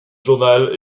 journal